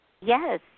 yes